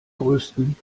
größten